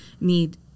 need